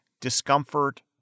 discomfort